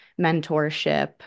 mentorship